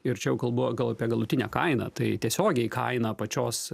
ir čia jau kalbu gal apie galutinę kainą tai tiesiogiai kainą pačios